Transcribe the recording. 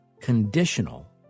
conditional